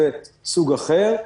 זה סוג אחר.